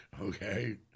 Okay